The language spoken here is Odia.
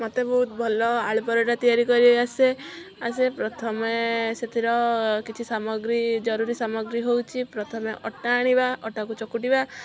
ମତେ ବହୁତ ଭଲ ଆଳୁ ପରଟା ତିଆରି କରି ଆସେ ଆସେ ପ୍ରଥମେ ସେଥିର କିଛି ସାମଗ୍ରୀ ଜରୁରୀ ସାମଗ୍ରୀ ହେଉଛି ପ୍ରଥମେ ଅଟା ଆଣିବା ଅଟାକୁ ଚକଟିବା